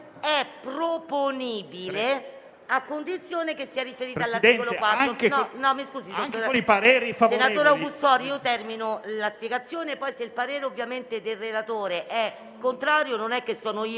è proponibile a condizione che sia riferito all'articolo 4.